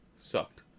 Sucked